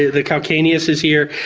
the calcaneus is here.